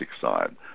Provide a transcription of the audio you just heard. side